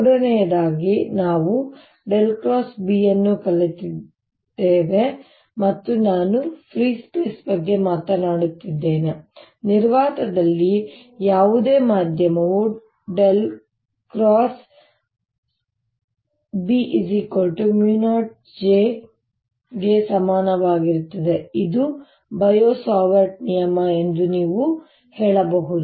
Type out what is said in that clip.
ಮೂರನೆಯದಾಗಿ ನಾವು ▽× B ಅನ್ನು ಕಲಿತಿದ್ದೇವೆ ಮತ್ತು ನಾನು ಫ್ರೀ ಸ್ಪೇಸ್ ಬಗ್ಗೆ ಮಾತನಾಡುತ್ತಿದ್ದೇನೆ ನಿರ್ವಾತದಲ್ಲಿ ಯಾವುದೇ ಮಾಧ್ಯಮವು ▽× B μ0 J ಗೆ ಸಮನಾಗಿರುತ್ತದೆ ಇದು ಬಯೋ ಸಾವರ್ಟ್ ನಿಯಮ ಎಂದು ನೀವು ಹೇಳಬಹುದು